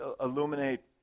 illuminate